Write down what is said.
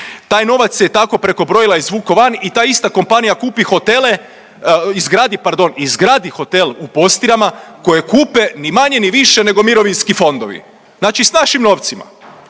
taj novac se tako preko brojila izvuko van i ta ista kompanija kupi hotele, pardon izgradi hotel u Postirama koje kupe ni manje ni više nego mirovinski fondovi, znači s našim novcima.